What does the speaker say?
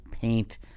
paint